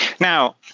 Now